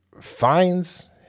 finds